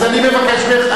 אז אני מבקש ממך,